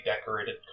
decorated